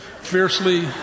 fiercely